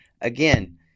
Again